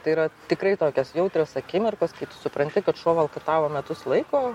tai yra tikrai tokios jautrios akimirkos kai tu supranti kad šuo valkatavo metus laiko